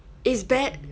it's bad